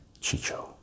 Chicho